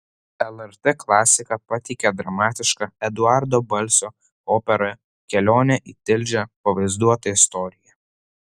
lrt klasika pateikė dramatišką eduardo balsio operoje kelionė į tilžę pavaizduotą istoriją